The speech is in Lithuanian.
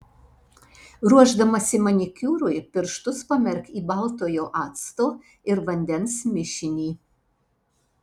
ruošdamasi manikiūrui pirštus pamerk į baltojo acto ir vandens mišinį